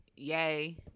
Yay